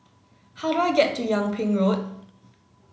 how do I get to Yung Ping Road